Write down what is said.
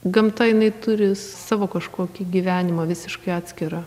gamta jinai turi savo kažkokį gyvenimą visiškai atskirą